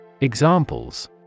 Examples